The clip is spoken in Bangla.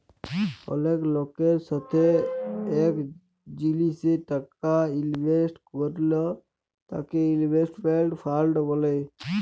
অলেক লকের সাথে এক জিলিসে টাকা ইলভেস্ট করল তাকে ইনভেস্টমেন্ট ফান্ড ব্যলে